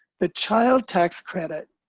the child tax credit,